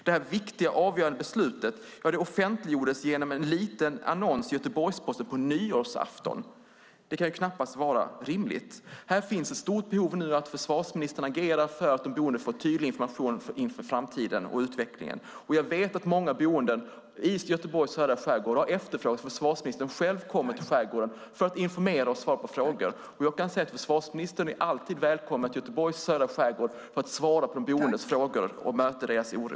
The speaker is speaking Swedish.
Det här viktiga avgörande beslutet offentliggjordes genom en liten annons i Göteborgs-Posten på nyårsafton, och det kan knappast vara rimligt. Här finns nu ett stort behov av att försvarsministern agerar för att de boende ska få tydlig information inför framtiden och utvecklingen. Jag vet att många boende i Göteborgs södra skärgård har efterfrågat att försvarsministern själv ska komma till skärgården för att informera och svara på frågor. Jag kan säga att försvarsministern alltid är välkommen till Göteborgs södra skärgård för att svara på boendes frågor och möta deras oro.